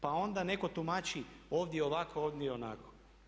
Pa onda netko tumači ovdje ovako, ovdje onako.